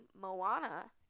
Moana